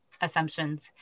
assumptions